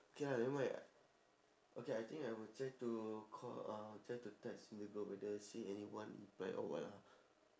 okay lah nevermind okay I think I will try to call or I'll try to text in the group whether see anyone reply or what lah